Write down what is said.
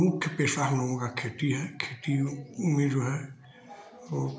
मुख्य पेशा हम लोगों का खेती है खेती में जो है वो